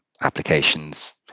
applications